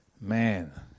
Man